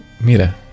Mira